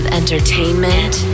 entertainment